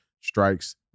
strikes